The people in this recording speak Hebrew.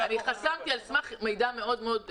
אני חסמתי על סמך מידע מאוד מאוד קטן.